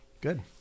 Good